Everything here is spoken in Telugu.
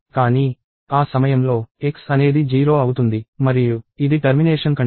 కానీ ఆ సమయంలో x అనేది 0 అవుతుంది మరియు ఇది టర్మినేషన్ కండిషన్